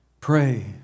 Pray